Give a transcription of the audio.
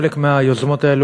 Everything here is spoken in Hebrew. חלק מהיוזמות האלה,